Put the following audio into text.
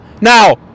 Now